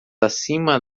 acima